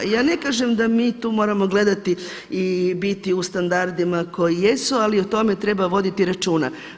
Ja ne kažem da mi tu moramo gledati i biti u standardima koji jesu, ali o tome treba voditi računa.